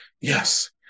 Yes